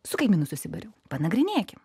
su kaimynu susibariau panagrinėkim